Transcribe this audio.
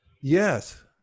Yes